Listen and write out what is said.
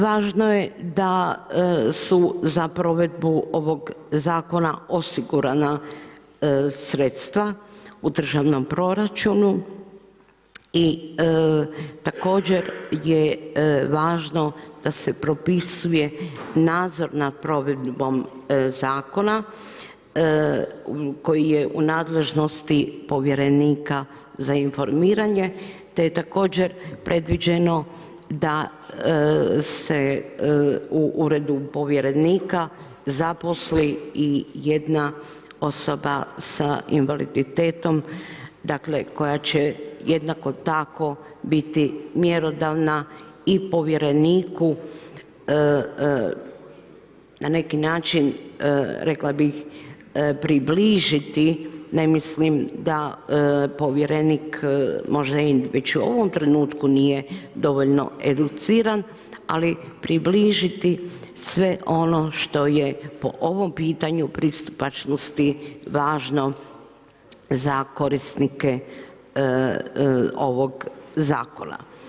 Važno je da su za provedbu ovog zakona osigurana sredstva u državnom proračunu i također je važno da se propisuje nadzor nad provedbom zakona koji je u nadležnosti povjerenika za informiranje te je također predviđeno da se u Uredu povjerenika zaposli i jedna osoba sa invaliditetom, dakle koja će jednako tako biti mjerodavna i povjereniku na neki način rekla bih, približiti ne mislim da povjerenik možda i već u ovom trenutku nije dovoljno educiran, ali približiti sve ono što je po ovom pitanju pristupačnosti važno za korisnike ovog zakona.